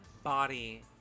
Body